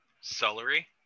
celery